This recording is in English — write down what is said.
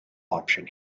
option